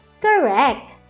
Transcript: Correct